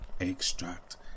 extract